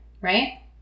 right